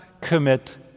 commit